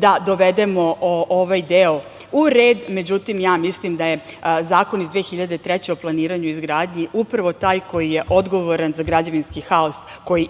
da dovedemo ovaj deo u red. Međutim, ja mislim da je Zakon iz 2003. godine o planiranju i izgradnji upravo taj koji je odgovoran za građevinski haos koji